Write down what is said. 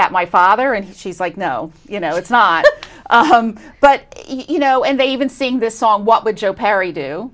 that my father and she's like no you know it's not but you know and they even sing this song what would joe perry do